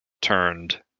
turned